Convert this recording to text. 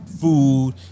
food